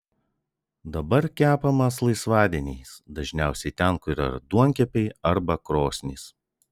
dabar kepamas laisvadieniais dažniausiai ten kur yra duonkepiai arba krosnys